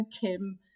kim